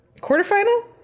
quarterfinal